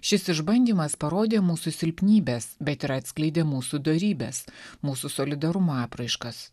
šis išbandymas parodė mūsų silpnybes bet ir atskleidė mūsų dorybes mūsų solidarumo apraiškas